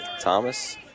Thomas